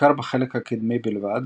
בעיקר בחלק הקדמי בלבד,